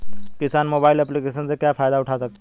किसान mobile application से क्या फायदा उठा सकता है?